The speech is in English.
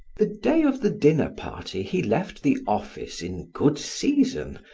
the day of the dinner-party he left the office in good season,